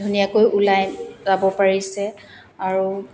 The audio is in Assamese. ধুনীয়াকৈ ওলাই যাব পাৰিছে আৰু